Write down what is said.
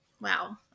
wow